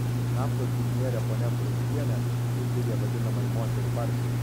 naftos biznierė ponia prunskienė įsteigė vadinamąją moterų partiją